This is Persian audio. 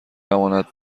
امانت